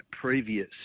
previous